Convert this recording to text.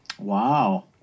Wow